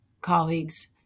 colleagues